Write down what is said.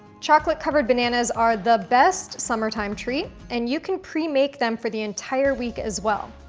chocolate covered bananas are the best summertime treat and you can pre-make them for the entire week, as well.